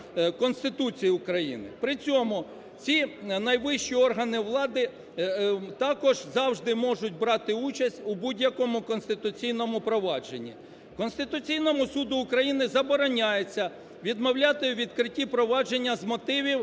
Конституції України. При цьому, ці найвищі органи влади також завжди можуть брати участь у будь-якому конституційному провадженні. Конституційному Суду України забороняється відмовляти у відкритті провадження з мотивів,